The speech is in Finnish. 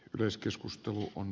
myös keskustelu on